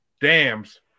dam's